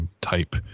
type